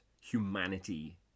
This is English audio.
Humanity